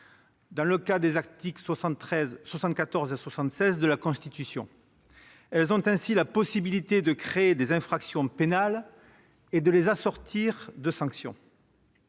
dans le cadre des articles 74 et 76 de la Constitution. Elles ont ainsi la possibilité de créer des infractions pénales et de les assortir de sanctions.